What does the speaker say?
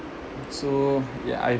so yeah I